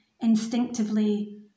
instinctively